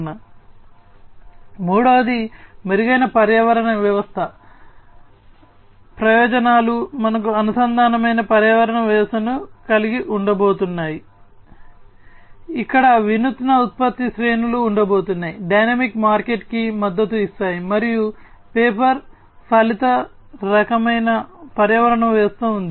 Refer Slide Time 2629 మూడవది మెరుగైన పర్యావరణ వ్యవస్థ ప్రయోజనాలు మనకు అనుసంధానమైన పర్యావరణ వ్యవస్థను కలిగి ఉండబోతున్నాయి ఇక్కడ వినూత్న ఉత్పత్తి శ్రేణులు ఉండబోతున్నాయి డైనమిక్ మార్కెట్కి మద్దతు ఇస్తాయి మరియు పే పర్ ఫలిత రకమైన పర్యావరణ వ్యవస్థ ఉంటుంది